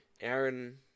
Aaron